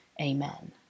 Amen